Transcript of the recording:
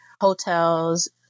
hotels